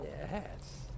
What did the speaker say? Yes